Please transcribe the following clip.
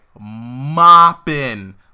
mopping